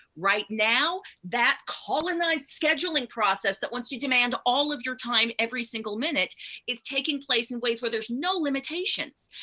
right now, that colonised scheduling process that wants to demand all of your time every single minute is taking place in ways where there's no limitations.